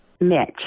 Mitch